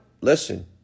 Listen